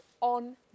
on